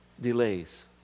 delays